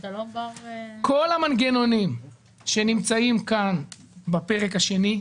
כל המנגנונים שנמצאים כאן בפרק השני,